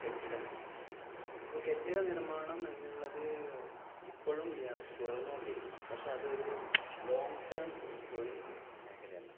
കെട്ടിട നിർമ്മാണം അപ്പോൾ കെട്ടിട നിർമ്മാണം എന്നുള്ളത് ഇപ്പോഴും തുടർന്നു കൊണ്ടിരിക്കുന്നു പക്ഷേ അതൊരു ലോങ്ങ് ടെം തൊഴിൽ മേഖലയല്ല